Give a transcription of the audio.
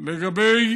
לגבי